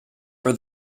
for